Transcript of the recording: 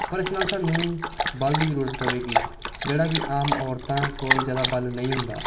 ਪਰ ਇਸ ਨਾਲ ਸਾਨੂੰ ਬਲ ਦੀ ਜ਼ਰੂਰਤ ਪਵੇਗੀ ਜਿਹੜਾ ਕਿ ਆਮ ਔਰਤਾਂ ਕੋਲ ਜ਼ਿਆਦਾ ਬਲ ਨਹੀਂ ਹੁੰਦਾ